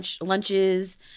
lunches